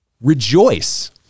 Rejoice